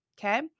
Okay